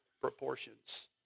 proportions